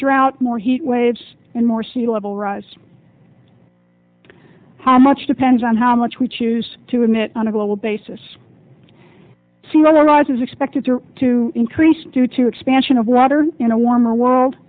drought more heat waves and more sea level rise how much depends on how much we choose to emit on a global basis see whether or not as is expected to increase due to expansion of water in a warmer world